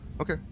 Okay